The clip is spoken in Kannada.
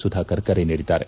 ಸುಧಾಕರ್ ಕರೆ ನೀಡಿದ್ದಾರೆ